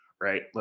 right